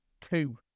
Two